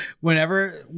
whenever